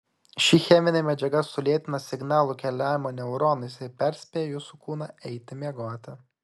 ši cheminė medžiaga sulėtina signalų keliavimą neuronais ir perspėja jūsų kūną eiti miegoti